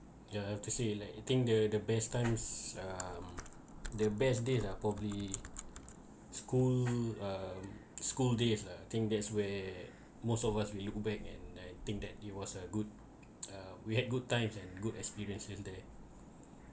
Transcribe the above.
ya I have to say like you think the the best times um the best days are probably school um school days I think that's where most of us will look back and and I think that it was a good uh we had good times and good experiences there